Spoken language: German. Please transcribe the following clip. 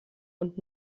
und